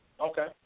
Okay